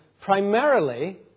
primarily